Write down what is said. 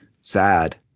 sad